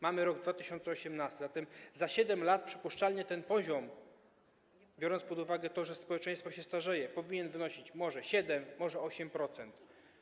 Mamy rok 2018, zatem za 7 lat przypuszczalnie ten poziom, biorąc pod uwagę to, że społeczeństwo się starzeje, powinien wynosić może 7, a może 8%.